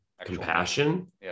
compassion